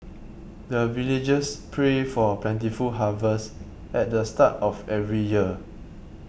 the villagers pray for plentiful harvest at the start of every year